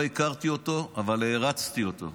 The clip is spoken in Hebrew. לא הכרתי אותו, אבל הערצתי אותו.